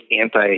anti